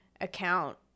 account